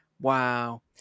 Wow